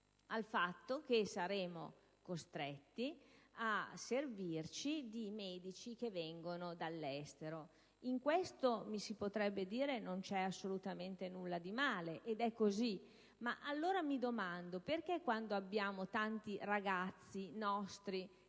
che saremo costretti a servirci di medici che vengono dall'estero. In proposito - mi si potrebbe dire - non c'è assolutamente nulla di male, ed è così, ma allora mi domando perché ai tanti ragazzi